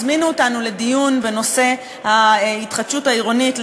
הזמינו אותנו לדיון בנושא ההתחדשות העירונית,